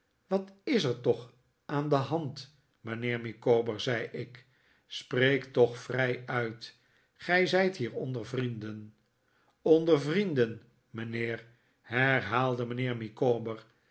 wat is er toch aan de hand mijnheer micawber zei ik spreek toch vrij uit gij zijt hier onder vrienden onder vrienden mijnheer herhaalde mijnheer